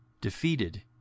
defeated